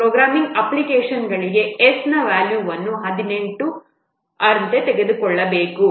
programming ಅಪ್ಲಿಕೇಶನ್ಗಳಿಗೆ S ನ ವ್ಯಾಲ್ಯೂವನ್ನು 18 ನಂತೆ ತೆಗೆದುಕೊಳ್ಳಬೇಕು